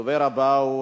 הדובר הבא הוא